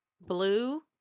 blue